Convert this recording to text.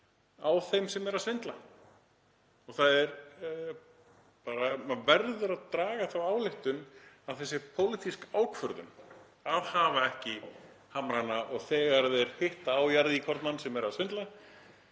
á þeim sem eru að svindla. Maður verður að draga þá ályktun að það sé pólitísk ákvörðun að hafa ekki hamrana og þegar þeir hitta á jarðíkornann sem er að svindla